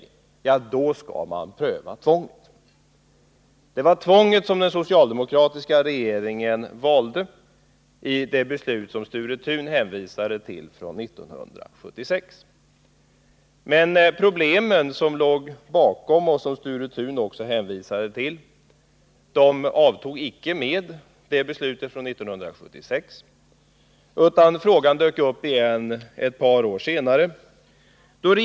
I sådant fall skall man alltså pröva tvånget. Det var tvånget som den socialdemokratiska regeringen valde i det beslut från 1976 som Sture Thun hänvisade till. Men problemen som låg bakom och som Sture Thun också hänvisade till avtog icke med det beslutet från 1976, utan frågan dök upp igen ett par år senare.